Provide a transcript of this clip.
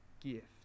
gift